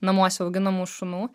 namuose auginamų šunų